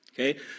Okay